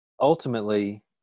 ultimately